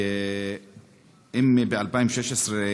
אם ב-2016,